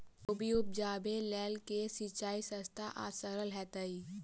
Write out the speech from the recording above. कोबी उपजाबे लेल केँ सिंचाई सस्ता आ सरल हेतइ?